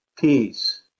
peace